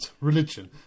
religion